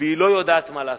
והיא לא יודעת מה לעשות.